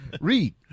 read